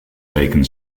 leken